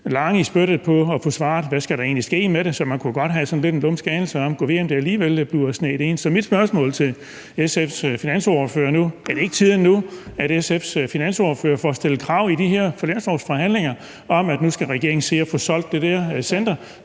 udrejsecenter på Langeland. Så man kunne godt have sådan en lidt lumsk anelse om, om det alligevel bliver sneget ind. Så mit spørgsmål til SF's finansordfører nu er: Er det ikke tiden nu, af SF's finansordfører får stillet krav i de her finanslovsforhandlinger om, at nu skal regeringen se at få solgt det der center,